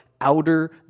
outer